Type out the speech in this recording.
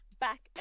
back